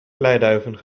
kleiduiven